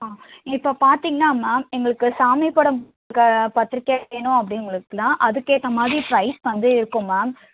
ஆ இப்போ பார்த்தீங்கன்னா மேம் எங்களுக்கு சாமி படம் போட்டிருக்க பத்திரிக்கை வேணும் அப்படிங்களுக்குலாம் அதுக்கேற்ற மாதிரி ப்ரைஸ் வந்து இருக்கும் மேம்